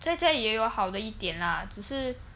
在家也有好的一点 lah 只是